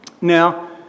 Now